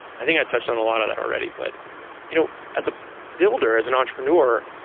i think i touched on a lot of that already, but you know as a builder, as an entrepreneur,